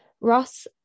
Ross